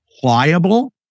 pliable